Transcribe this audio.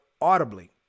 audibly